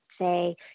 say